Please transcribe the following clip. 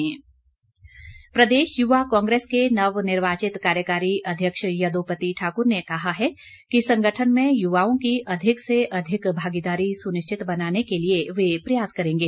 युवा कांग्रेस प्रदेश युवा कांग्रेस के नव निर्वाचित कार्यकारी अध्यक्ष यदोपति ठाकुर ने कहा है कि संगठन में युवाओं की अधिक से अधिक भागीदारी सुनिश्चित बनाने के लिए वे प्रयास करेंगे